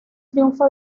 triunfo